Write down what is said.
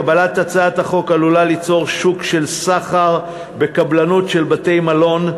קבלת הצעת החוק עלולה ליצור שוק של סחר בקבלות של בתי-מלון,